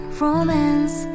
romance